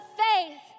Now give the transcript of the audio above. faith